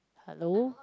hello